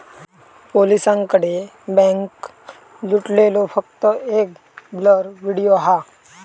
पोलिसांकडे बॅन्क लुटलेलो फक्त एक ब्लर व्हिडिओ हा